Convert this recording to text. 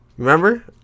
Remember